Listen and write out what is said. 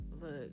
look